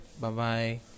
Bye-bye